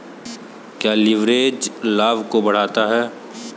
क्या लिवरेज लाभ को बढ़ाता है?